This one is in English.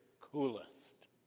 coolest